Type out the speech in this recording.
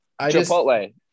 Chipotle